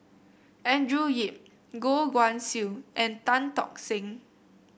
Andrew Yip Goh Guan Siew and Tan Tock Seng